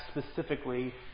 specifically